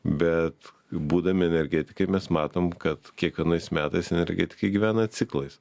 bet būdami energetikai mes matom kad kiekvienais metais energetikai gyvena ciklais